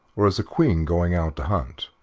or as a queen going out to hunt,